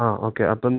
ആ ഓക്കെ അപ്പം